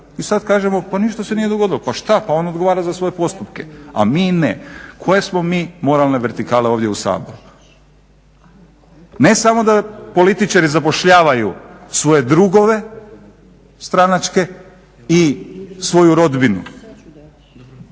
I sad kažemo pa ništa se nije dogodilo, pa što, pa on odgovara za svoje postupke, a mi ne. Koje smo mi moralne vertikale ovdje u Saboru? Ne samo da političari zapošljavaju svoje drugove stranačke i svoju rodbinu,